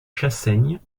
chassaigne